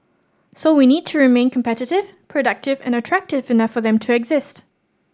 so we need to remain competitive productive and attractive enough for them to exist